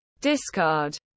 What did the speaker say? discard